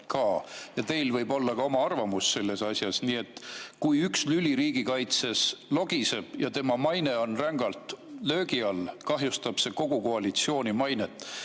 –, ja teil võib olla ka oma arvamus selles asjas. Nii et kui üks lüli riigikaitses logiseb ja tema maine on rängalt löögi all, kahjustab see kogu koalitsiooni mainet.